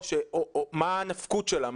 מה הנפקות שלה,